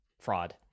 fraud